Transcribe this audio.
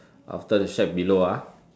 after the shack below ah